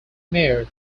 mayor